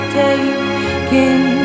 taking